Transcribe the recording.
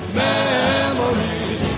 memories